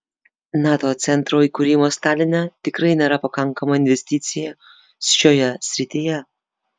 nato centro įkūrimas taline tikrai nėra pakankama investicija šioje srityje